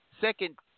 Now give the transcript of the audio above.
second